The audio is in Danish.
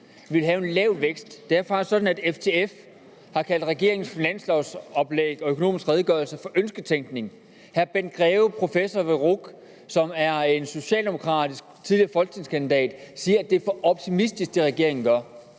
Vi vil få en lav vækst. Det er faktisk sådan, at FTF har kaldt regeringens finanslovoplæg og Økonomisk Redegørelse for ønsketænkning. Hr. Bent Greve, professor ved RUC og tidligere socialdemokratisk folketingskandidat, siger, at det, regeringen gør,